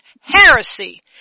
heresy